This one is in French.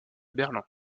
berlin